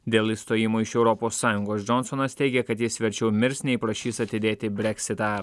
dėl išstojimo iš europos sąjungos džonsonas teigė kad jis verčiau mirs nei prašys atidėti breksitą